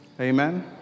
Amen